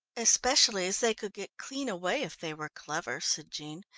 especially as they could get clean away if they were clever, said jean,